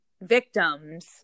victims